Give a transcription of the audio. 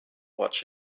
watch